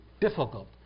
difficult